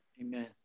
Amen